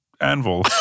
anvil